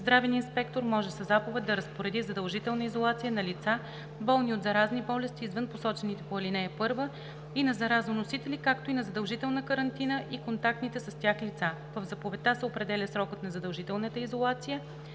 здравен инспектор може със заповед да разпореди задължителна изолация на лица, болни от заразни болести извън посочените по ал. 1 и на заразоносители, както и задължителна карантина на контактните с тях лица. В заповедта се определя срокът на задължителната изолация